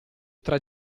tre